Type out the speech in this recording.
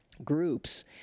groups